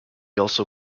also